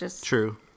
True